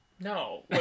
No